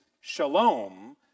shalom